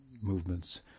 movements